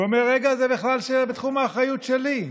והוא אומר: רגע זה בכלל בתחום האחריות שלי.